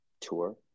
tour